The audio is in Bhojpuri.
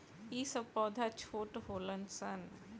ई सब पौधा छोट होलन सन